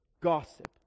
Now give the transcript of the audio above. gossip